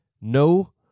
no